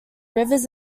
rivers